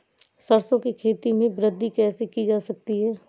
सरसो की खेती में वृद्धि कैसे की जाती है?